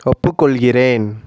ஒப்புக்கொள்கிறேன்